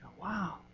Wow